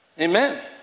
Amen